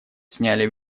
сняли